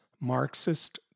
Marxist